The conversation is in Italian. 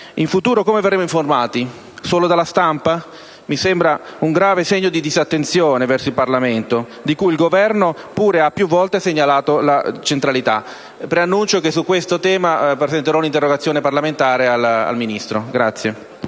In futuro come verremo informati? Solo dalla stampa? Mi sembra un grave segno di disattenzione verso il Parlamento, di cui il Governo pure ha più volte segnalato la centralità. Preannuncio che su questo tema presenterò un'interrogazione parlamentare al Ministro.